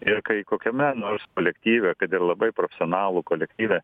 ir kai kokiame nors kolektyve kad ir labai profesionalų kolektyve